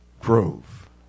grove